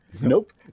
Nope